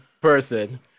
person